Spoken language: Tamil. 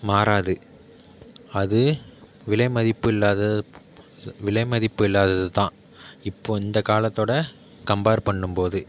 மாறாது அது விலை மதிப்பு இல்லாத விலை மதிப்பு இல்லாதது தான் இப்போது இந்த காலத்தோடய கம்பேர் பண்ணும் போது